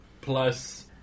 plus